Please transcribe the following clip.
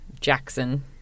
Jackson